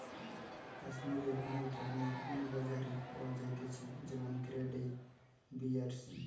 কাশ্মীরের অনেক ধরণের উল বাজারে পাওয়া যাইতেছে যেমন গ্রেড এ, বি আর সি